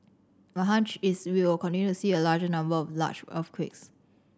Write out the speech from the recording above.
my hunch is we will continue to see a larger number of large earthquakes